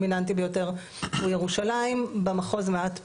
ביותר הוא ירושלים, במחוז מעט פחות,